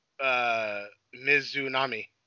Mizunami